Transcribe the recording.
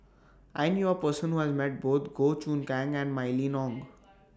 I knew A Person Who has Met Both Goh Choon Kang and Mylene Ong